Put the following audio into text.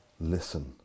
listen